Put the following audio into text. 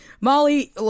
Molly